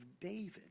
David